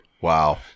Wow